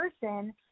person